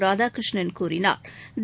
ராதாகிருஷ்ணன் கூறினாா்